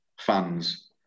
fans